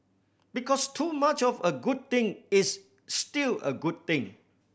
because too much of a good thing is still a good thing